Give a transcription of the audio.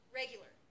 regular